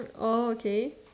oh okay